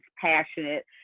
passionate